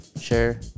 Share